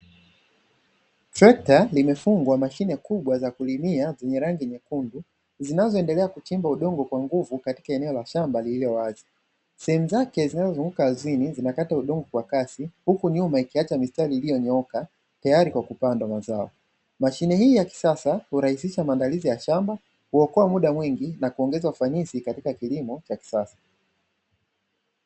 Trekta limefungwa mashine kubwa za kulimia zenye rangi nyekundu, zinazoendelea kuchimba udongo kwa nguvu katika eneo la shamba lililo wazi, sehemu zake zinazozunguka aridhini zinakata udongo kwa kasi huku nyuma ikiacha mistari iliyonyooka tayari kwa kupandwa mazao, mashine hii ya kisasa hurahisisha maandalizi ya: shamba, huokoa muda mwingi na kuongeza ufanisi katika kilimo cha kisasa.